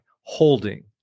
holding